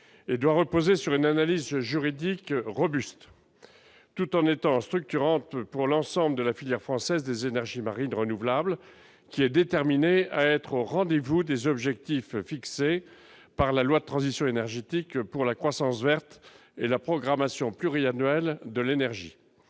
et doit reposer sur une analyse juridique robuste tout en étant structurante pour l'ensemble de la filière française des énergies marines renouvelables qui est déterminé à être au rendez-vous des objectifs fixés par la loi de transition énergétique pour la croissance verte et la programmation pluriannuelle de l'énergie,